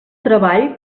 treball